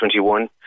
2021